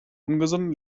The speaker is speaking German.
ungesunden